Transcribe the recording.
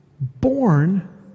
born